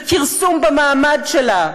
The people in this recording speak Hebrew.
וכרסום במעמד שלה,